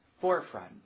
forefront